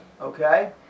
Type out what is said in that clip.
okay